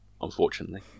Unfortunately